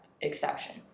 exception